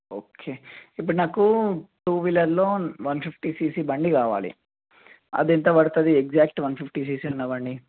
okay ఇప్పుడు నాకు two వీలర్లో వన్ ఫిఫ్టీ సీసీ బండి కావాలి అది ఎంత పడుతుంది ఎగ్జాక్ట్ వన్ ఫిఫ్టీ సీసీ ఉన్న బండి